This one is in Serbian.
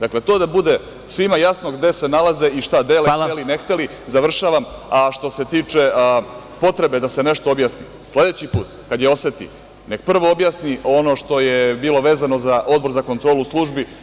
Dakle, to da bude svima jasno gde se nalaze i šta dele, hteli ne hteli, završavam, a što se tiče potrebe da se nešto objasni, sledeći put kada je oseti, nek prvo objasni ono što je bilo vezano za Odbor za kontrolu službi.